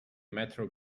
metro